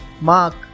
Mark